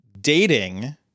dating